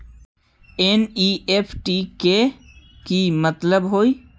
NEFT के कि मतलब होइ?